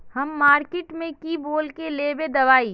हम मार्किट में की बोल के लेबे दवाई?